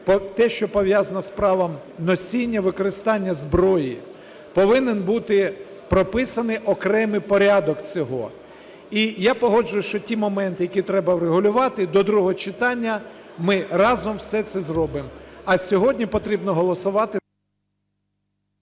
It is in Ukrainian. те, що пов'язано з правом носіння, використання зброї, повинен бути прописаний окремий порядок цього. І я погоджуюсь, що ті моменти, які треба врегулювати до другого читання, ми разом все це зробимо. А сьогодні потрібно голосувати…